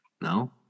No